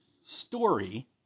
story